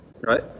right